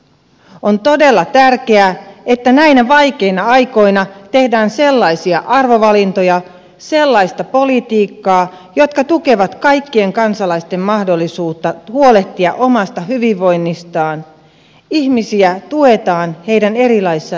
on todella tärkeää että näinä vaikeina aikoina tehdään sellaisia arvovalintoja ja sellaista politiikkaa jotka tukevat kaikkien kansalaisten mahdollisuutta huolehtia omasta hyvinvoinnistaan ihmisiä tuetaan heidän erilaisissa elämäntilanteissaan